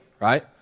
right